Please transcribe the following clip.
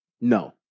No